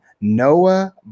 Noah